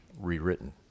rewritten